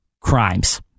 crimes